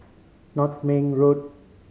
Nutmeg Road